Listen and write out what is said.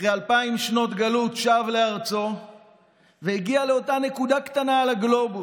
אחרי אלפיים שנות גלות שב לארצו והגיע לאותה נקודה קטנה על הגלובוס,